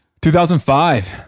2005